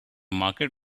market